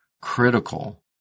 Critical